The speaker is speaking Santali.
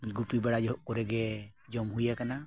ᱜᱩᱯᱤ ᱵᱟᱲᱟ ᱡᱚᱠᱷᱚᱱ ᱠᱚᱨᱮ ᱜᱮ ᱡᱚᱢ ᱦᱩᱭ ᱟᱠᱟᱱᱟ